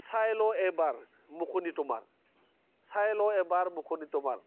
साय ल' एबार मुख'नि तुमार साय ल' एबार मुख'नि तुमार